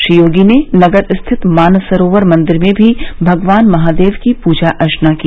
श्री योगी ने नगर स्थित मानसरोवर मंदिर में भी भगवान महादेव की पूजा अर्चना की